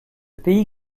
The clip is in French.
pays